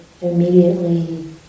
immediately